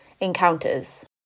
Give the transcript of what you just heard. encounters